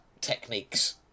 techniques